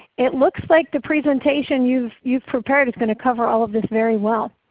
it looks like the presentation you've you've prepared is going to cover all of this very well.